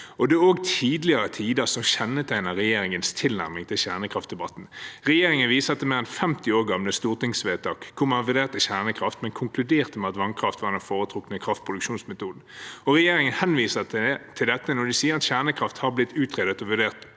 Det er også «tidligere tider» som kjennetegner regjeringens tilnærming til kjernekraftdebatten. Regjeringen viser til mer enn 50 år gamle stortingsvedtak, hvor man vurderte kjernekraft, men konkluderte med at vannkraft var den foretrukne kraftproduksjonsmetoden. Regjeringen henviser til dette når den sier at kjernekraft har blitt utredet og vurdert